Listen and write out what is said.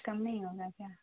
کچھ کم نہیں ہوگا کیا